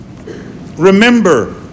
Remember